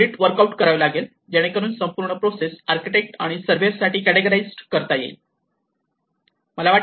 audit work out करावे लागेल जेणेकरून संपूर्ण प्रोसेस आर्किटेक्ट आणि सर्वेअर साठी केटगराझ्ड करता येईल